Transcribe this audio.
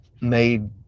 made